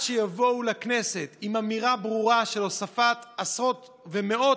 שיבואו לכנסת עם אמירה ברורה של הוספת עשרות ומאות